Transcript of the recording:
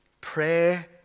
Pray